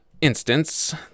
instance